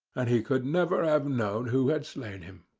and he could never have known who had slain him.